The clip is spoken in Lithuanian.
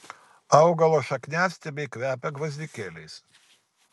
augalo šakniastiebiai kvepia gvazdikėliais